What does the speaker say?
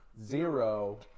zero